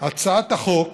הצעת החוק